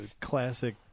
classic